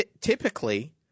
typically